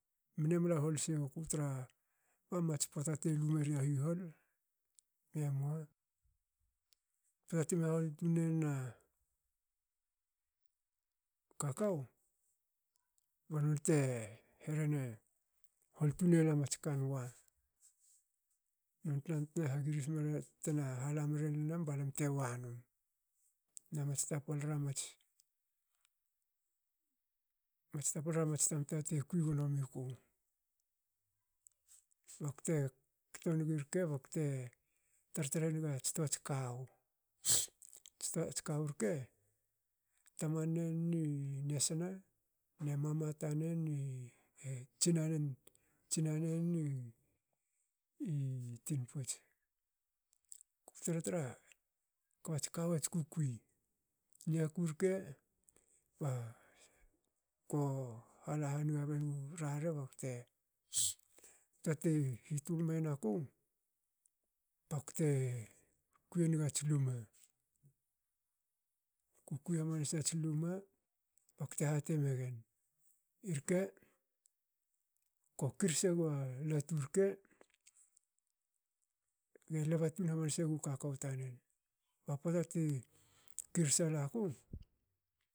Mne mla hol senuku tra ba mats pota te lueri a hihol. be mua pota teme hahol tune nin a kakou. ba non te hrene hol tun ela mats kanwa non tan teme hagiris menen btna hale mre nin alam balam tewa num na mats tapalra mats tamta te kui gno miku. bakte kto ngi rke bakte tratra engats toats kawu. Ats kawu rke. tamanen ni nesna ne tsinanen ni tinputs. kba ats kawu ats kukui niaku rke ah ko hala hange bengu rarre. Pota te hitul miyen aku bakte kui enga bakte kui enga luma bakte hati megen irke ko kirse gua latu rke bakute lebe tun naseru kakou tanen